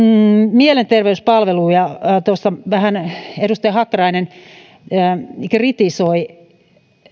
mielenterveyspalveluja turvapaikanhakijoille tuossa vähän edustaja hakkarainen kritisoi